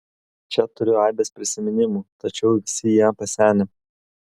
čia turiu aibes prisiminimų tačiau visi jie pasenę